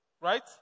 right